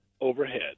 overhead